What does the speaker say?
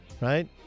Right